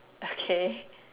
okay